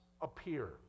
appear